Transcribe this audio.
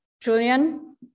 Julian